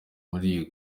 muri